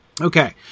Okay